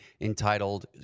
entitled